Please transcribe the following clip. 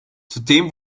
zudem